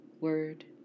word